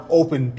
open